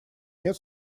нет